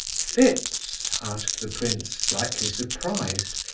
fits? asked the prince, slightly surprised.